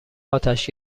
آتش